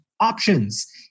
options